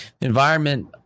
Environment